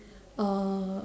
uh